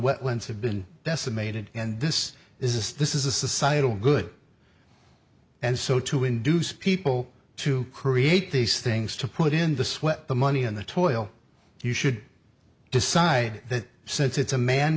wetlands have been decimated and this is this is a societal good and so to induce people to create these things to put in the sweat the money and the toil you should decide that since it's a